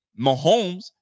Mahomes